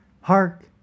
Hark